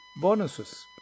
bonuses